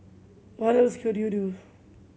what else could you do